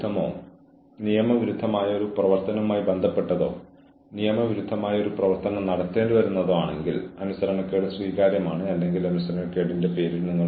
ഇത് കേവലം ഒരു അനിവാര്യത മൂലമാണെങ്കിൽ നിങ്ങൾ ഒരു അച്ചടക്ക നടപടിയും എടുക്കേണ്ടതില്ല